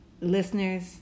listeners